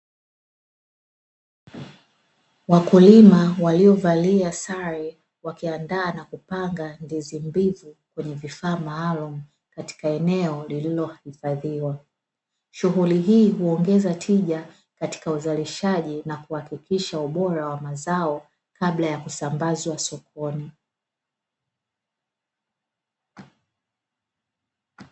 Wakulima waliovalia sare wakiandaa na kupanga ndizi mbivu kwenye vifaa maalumu, katika eneo lililo hifadhiwa. Shughuli hii huongeza tija katika uzalishaji na kuhakikisha ubora wa mazao, kabla ya kusambazwa sokoni.